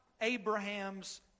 Abraham's